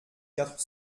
quatre